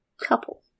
couple